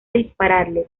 dispararle